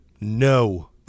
No